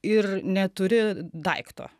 ir neturi daikto